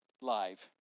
live